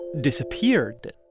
disappeared